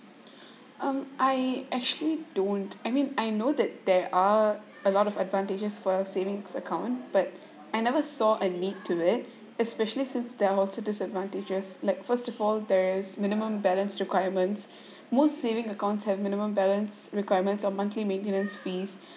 um I actually don't I mean I know that there are a lot of advantages for a savings account but I never saw a need to it especially since there are also disadvantages like first of all there is minimum balance requirements most saving accounts have minimum balance requirements or monthly maintenance fees